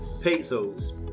pesos